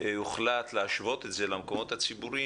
הוחלט להשוות את זה למקומות הציבוריים,